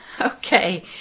Okay